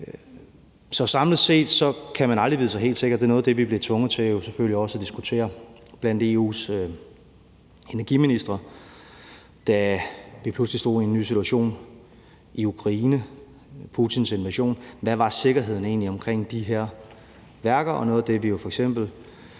samlet set kan man aldrig vide sig helt sikker, og det er selvfølgelig også noget af det, vi blev tvunget til at diskutere blandt EU's energiministre, da vi pludselig stod i en ny situation med Putins invasion af Ukraine. Hvad var sikkerheden egentlig omkring de her værker? Og noget af det, vi jo f.eks.